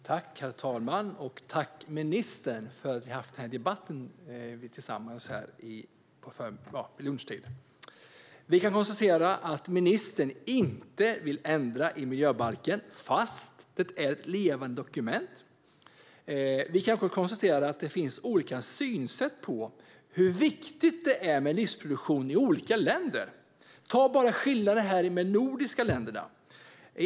Herr talman! Jag tackar ministern för debatten. Vi kan konstatera att ministern inte vill ändra i miljöbalken, fast det är ett levande dokument. Vi kan också konstatera att det finns olika synsätt i olika länder på hur viktigt det är med livsmedelsproduktion. Ta bara skillnaderna mellan de nordiska länderna!